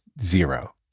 zero